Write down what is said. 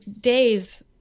days